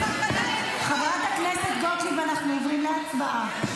--- חברת הכנסת גוטליב, אנחנו עוברים להצבעה.